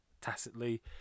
tacitly